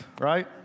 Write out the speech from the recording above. right